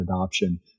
adoption